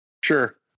Sure